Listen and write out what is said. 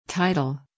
Title